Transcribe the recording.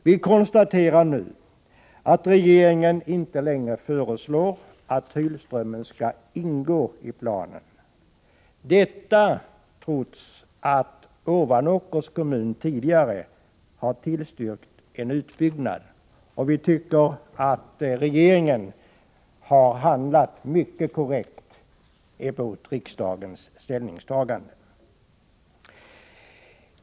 Vi konstaterar nu att regeringen inte längre föreslår att Hylströmmen skall ingå i planen, detta trots att Ovanåkers kommun tidigare har tillstyrkt en utbyggnad. Vi tycker att regeringen har handlat mycket korrekt med hänsyn till riksdagens ställningstagande.